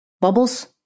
Bubbles